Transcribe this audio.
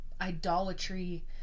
idolatry